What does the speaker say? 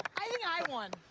i think i won.